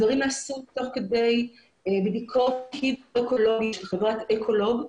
הדברים נעשו תוך כדי בדיקות אקולוגיות על ידי אקולוג.